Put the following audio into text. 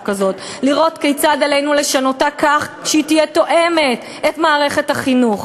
הזאת ולראות כיצד עלינו לשנותה כך שהיא תהיה תואמת את מערכת החינוך.